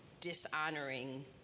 dishonoring